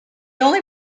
only